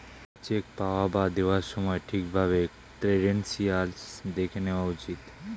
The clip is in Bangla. চেক পাওয়া বা দেওয়ার সময় ঠিক ভাবে ক্রেডেনশিয়াল্স দেখে নেওয়া উচিত